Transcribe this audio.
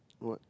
what